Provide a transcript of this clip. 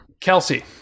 Kelsey